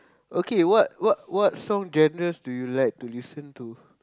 okay what what what song genres do you like to listen to